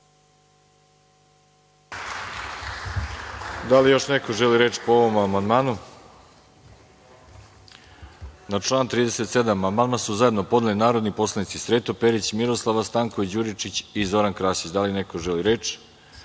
Da li još neko želi reč po ovom amandmanu? Na član 37. amandman su zajedno podneli narodni poslanici Sreto Perić, Miroslava Stanković Đuričić i Zoran Krasić. Da li neko želi reč? Reč